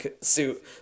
suit